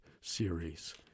series